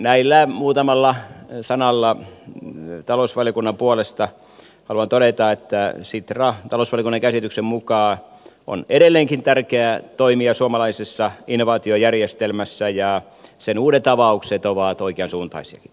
näillä muutamilla sanoilla talousvaliokunnan puolesta haluan todeta että sitra talousvaliokunnan käsityksen mukaan on edelleenkin tärkeä toimija suomalaisessa innovaatiojärjestelmässä ja sen uudet avaukset ovat oikean suuntaisia